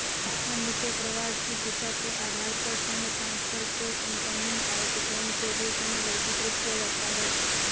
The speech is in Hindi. फंड के प्रवाह की दिशा के आधार पर फंड ट्रांसफर को इनकमिंग, आउटगोइंग के रूप में वर्गीकृत किया जाता है